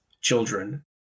children